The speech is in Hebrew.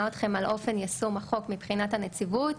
אתכם על אופן יישום החוק מבחינת הנציבות,